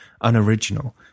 unoriginal